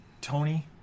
Tony